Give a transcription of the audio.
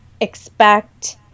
expect